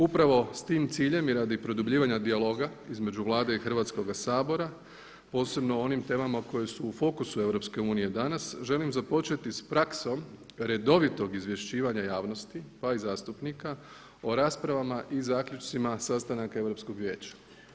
Upravo s tim ciljem i radi produbljivanja dijaloga između Vlade i Hrvatskoga sabora posebno o onim temama koje su u fokusu EU danas želim započeti s praksom redovito izvješćivanja javnosti pa i zastupnika o raspravama i zaključcima sastanaka Europskog vijeća.